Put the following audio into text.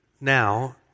Now